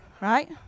right